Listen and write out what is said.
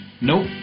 Nope